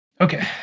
Okay